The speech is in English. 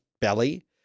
belly